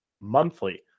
monthly